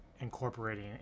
incorporating